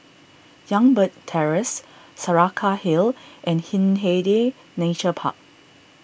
Youngberg Terrace Saraca Hill and Hindhede Nature Park